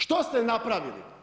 Što ste napravili?